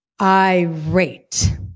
irate